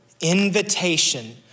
invitation